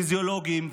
פיזיולוגים,